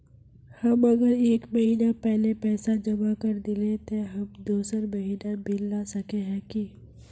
हम अगर एक महीना पहले पैसा जमा कर देलिये ते हम दोसर महीना बिल ला सके है की?